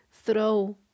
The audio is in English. Throw